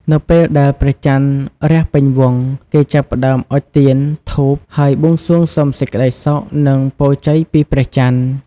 នៅពេលដែលព្រះច័ន្ទរះពេញវង់ គេចាប់ផ្តើមអុជទៀន ធូប ហើយបួងសួងសុំសេចក្តីសុខ និងពរជ័យពីព្រះច័ន្ទ។